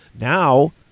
Now